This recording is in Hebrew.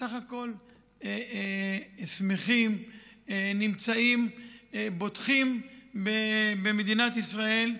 בסך הכול שמחים, נמצאים, בוטחים במדינת ישראל.